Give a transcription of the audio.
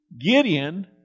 Gideon